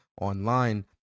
online